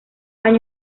años